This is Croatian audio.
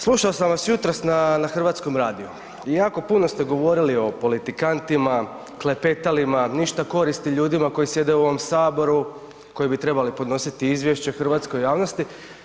Slušao sam vas jutros na hrvatskom radiju i jako puno ste govorili o politikantima, klepetalima, ništa koristi ljudima koji sjede u ovom Saboru, koji bi trebali podnositi izvješće hrvatskoj javnosti.